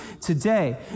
today